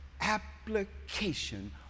application